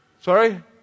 Sorry